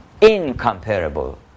incomparable